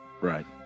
Right